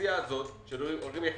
האוכלוסייה הזאת של הורים יחידניים,